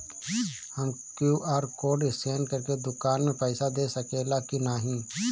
हम QR code scan करके दुकान में पईसा दे सकेला की नाहीं?